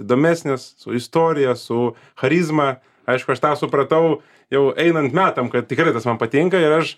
įdomesnės su istorija su charizma aišku aš tą supratau jau einant metam kad tikrai tas man patinka ir aš